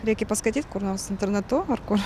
reikia paskaityti kur nors internetu ar kur